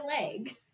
leg